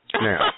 Now